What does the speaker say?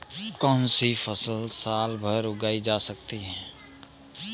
कौनसी फसल साल भर उगाई जा सकती है?